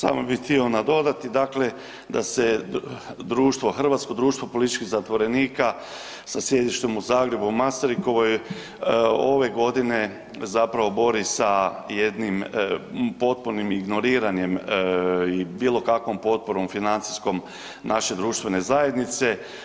Samo bi htio nadodati, dakle da se društvo, Hrvatsko društvo političkih zatvorenika sa sjedištem u Zagrebu u Masarykovoj ove godine zapravo bori sa jednim potpunim ignoriranjem i bilo kakvom potporom financijskom naše društvene zajednice.